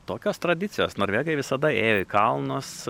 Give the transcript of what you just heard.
tokios tradicijos norvegai visada ėjo į kalnus